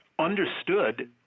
understood